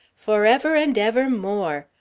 forever and ever more.